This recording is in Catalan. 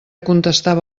contestava